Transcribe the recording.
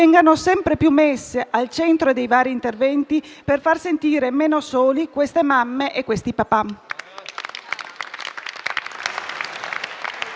sempre più messe al centro dei vari interventi per far sentire meno soli queste mamme e questi papà.